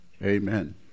Amen